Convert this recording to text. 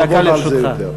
דקה לרשותך.